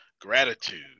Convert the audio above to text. Gratitude